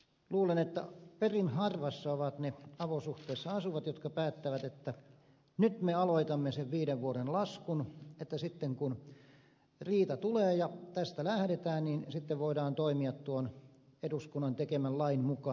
luulen että perin harvassa ovat ne avosuhteessa asuvat jotka päättävät että nyt me aloitamme sen viiden vuoden laskun että sitten kun riita tulee ja tästä lähdetään voidaan toimia tuon eduskunnan tekemän lain mukaan